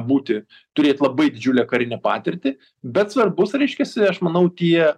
būti turėt labai didžiulę karinę patirtį bet svarbus reiškiasi aš manau tie